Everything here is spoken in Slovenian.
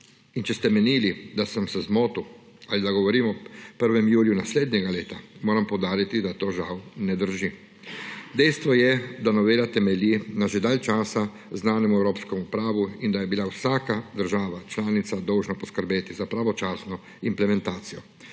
če ste menili, da sem se zmotil ali da govorim o 1. juliju naslednjega leta, moram poudariti, da to žal ne drži. Dejstvo je, da novela temelji na že dalj časa znanem evropskemu pravu in da je bila vsaka država članica dolžna poskrbeti za pravočasno implementacijo,